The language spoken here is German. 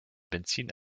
benzin